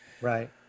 Right